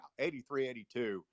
83-82